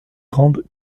grande